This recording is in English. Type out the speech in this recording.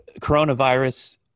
coronavirus